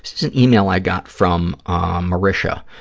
this is an yeah e-mail i got from marisha,